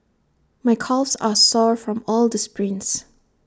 my calves are sore from all the sprints